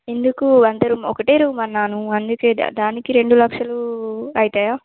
ఎందుకు అందరం ఒక రూమ్ అన్నాను దానికి రెండు లక్షలు అవుతాయా